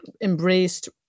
embraced